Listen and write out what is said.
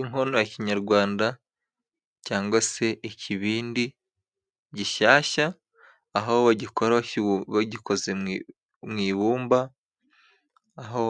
Inkono ya kinyarwanda cyangwa se ikibindi gishyashya aho bagikora bagikoze mu ibumba, aho